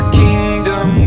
kingdom